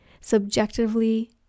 subjectively